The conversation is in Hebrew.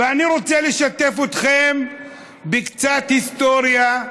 ואני רוצה לשתף אתכם בקצת היסטוריה,